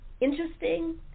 interesting